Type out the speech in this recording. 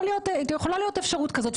יכולה להיות אפשרות כזאת,